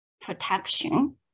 protection